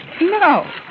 No